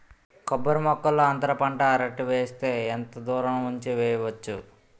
కొబ్బరి మొక్కల్లో అంతర పంట అరటి వేస్తే ఎంత దూరం ఉంచి వెయ్యొచ్చు?